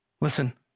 Listen